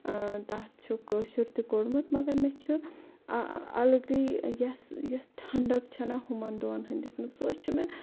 تَتھ چھُکھ کٲشُر تہِ کوٚڑمُت مَگَر مےٚ چھُ اَلگٕے یۄس یۄس ٹھَنٛڈَک چھَنا ہُمَن دۄن ہِنٛدِس مَنٛز سۄ چھِ مےٚ